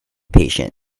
patient